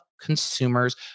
consumers